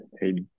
Hey